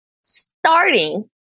starting